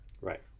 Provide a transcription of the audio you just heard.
Right